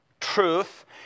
truth